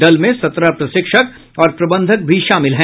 दल में सत्रह प्रशिक्षक और प्रबंधक भी शामिल हैं